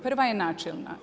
Prva je načelna.